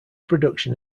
production